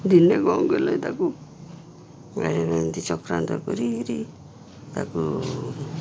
ଦିନେ କ'ଣ କଲେ ତାକୁ ମାନିନୀକୁ ଏମିତି ଚକ୍ରାନ୍ତ କରିକରି ତାକୁ